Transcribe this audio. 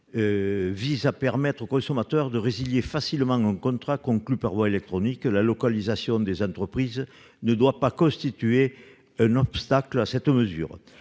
vise à permettre au consommateur de résilier facilement un contrat conclu par voie électronique. La localisation des entreprises ne doit pas constituer un obstacle à l'application